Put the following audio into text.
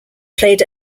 played